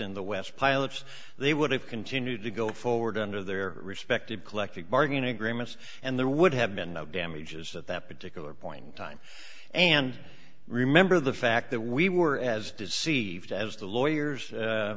and the west pilots they would have continued to go forward under their respective collective bargaining agreements and there would have been no damages at that particular point in time and remember the fact that we were as deceived as the lawyers